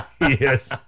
yes